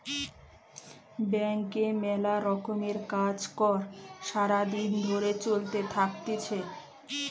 ব্যাংকে মেলা রকমের কাজ কর্ সারা দিন ধরে চলতে থাকতিছে